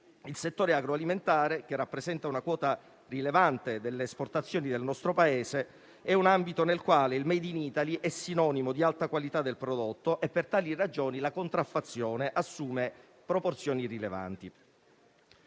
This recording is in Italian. Il settore agroalimentare, che rappresenta una quota rilevante delle esportazioni del nostro Paese, è un ambito nel quale il *made in Italy* è sinonimo di alta qualità del prodotto e per tali ragioni la contraffazione assume proporzioni rilevanti.